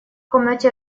комнате